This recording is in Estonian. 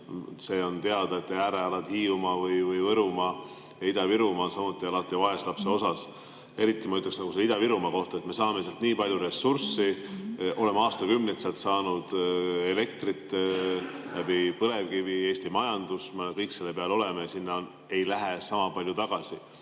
See on teada, et äärealad, Hiiumaa või Võrumaa või Ida-Virumaa, on alati vaeslapse osas. Eriti ma ütleks seda Ida-Virumaa kohta. Me saame sealt nii palju ressurssi, oleme aastakümneid sealt saanud elektrit põlevkivist, Eesti majandus, me kõik selle peal oleme, aga sinna ei lähe sama palju tagasi.